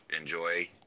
enjoy